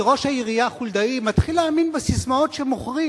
כי ראש העירייה חולדאי מתחיל להאמין בססמאות שמוכרים.